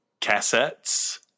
cassettes